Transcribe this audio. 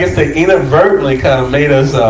they inadvertently kind of made us,